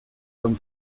comme